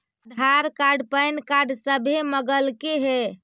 आधार card PAN card सभे मगलके हे?